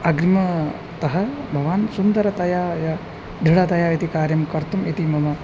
अग्रिमतः भवान् सुन्दरतया या दृढतया इति कार्यं कर्तुम् इति मम